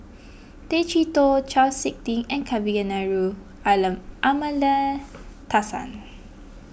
Tay Chee Toh Chau Sik Ting and Kavignareru Amallathasan